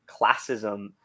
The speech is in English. classism